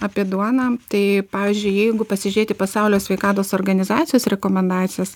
apie duoną tai pavyzdžiui jeigu pasižiūrėti pasaulio sveikatos organizacijos rekomendacijas